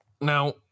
now